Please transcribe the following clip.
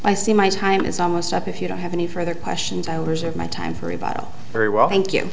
i see my time is almost up if you don't have any further questions hours of my time for rebuttal very well thank you